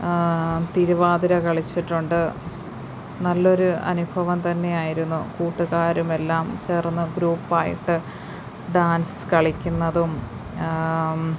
തിരുവാതിര കളിച്ചിട്ടുണ്ട് നല്ലൊരു അനുഭവം തന്നെയായിരുന്നു കൂട്ടുകാരുമെല്ലാം ചേർന്ന് ഗ്രൂപ്പ് ആയിട്ട് ഡാൻസ് കളിക്കുന്നതും